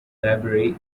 library